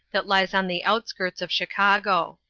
that lies on the outskirts of chicago.